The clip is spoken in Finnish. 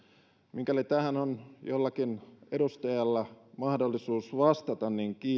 mikäli tähän on jollakin edustajalla mahdollisuus vastata niin